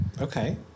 Okay